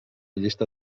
llista